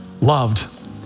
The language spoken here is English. loved